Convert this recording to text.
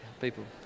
People